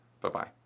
Bye-bye